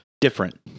different